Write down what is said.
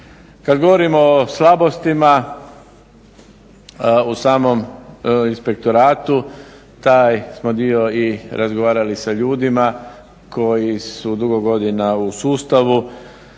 Kada govorimo o slabostima u samom taj smo dio i razgovarali sa ljudima koji su dugo godina u sustavu.